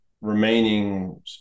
remaining